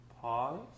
pause